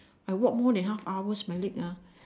I walk more than half hours my leg ah